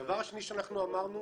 הדבר השני שאנחנו אמרנו,